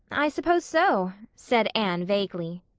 i suppose so, said anne vaguely.